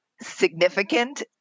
significant